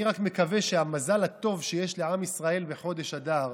אני רק מקווה שהמזל הטוב שיש לעם ישראל בחודש אדר,